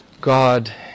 God